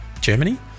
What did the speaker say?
Germany